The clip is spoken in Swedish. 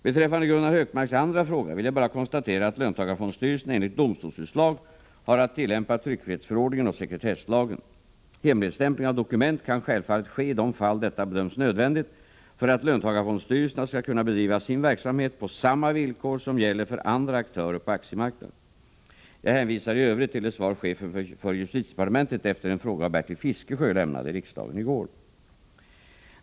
Beträffande Gunnar Hökmarks andra fråga vill jag bara konstatera att löntagarfondstyrelserna, enligt domstolsutslag, har att tillämpa tryckfrihetsförordningen och sekretesslagen. Hemligstämpling av dokument kan självfallet ske i de fall detta bedöms nödvändigt för att löntagarfondstyrelserna skall kunna bedriva sin verksamhet på samma villkor som gäller för andra aktörer på aktiemarknaden. — Jag hänvisar i övrigt till det svar chefen för justitiedepartementet efter en fråga av Bertil Fiskesjö lämnade i riksdagen i går.